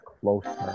closer